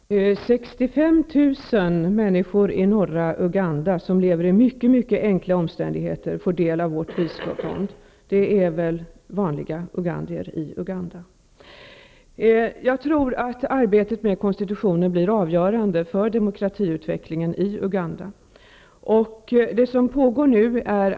Fru talman! 65 000 människor i norra Uganda, och som lever under mycket enkla omständigheter, får del av vårt bistånd. Det är vanliga ugandier i Jag tror att arbetet med konstitutionen kommer att bli avgörande för utvecklingen av demokratin i Uganda.